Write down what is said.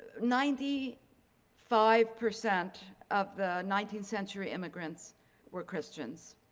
ninety five percent of the nineteenth century immigrants were christians.